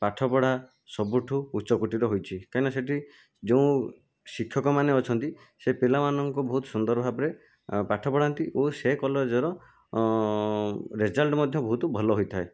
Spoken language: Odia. ପାଠପଢ଼ା ସବୁଠୁ ଉଚ୍ଚ କୋଟିର ହୋଇଛି କାହିଁ ନା ସେଠି ଯେଉଁ ଶିକ୍ଷକମାନେ ଅଛନ୍ତି ସେ ପିଲାମାନଙ୍କୁ ବହୁତ ସୁନ୍ଦର ଭାବରେ ପାଠ ପଢ଼ାନ୍ତି ଓ ସେ କଲେଜର ରେଜେଲଟ ମଧ୍ୟ ବହୁତ ଭଲ ହୋଇଥାଏ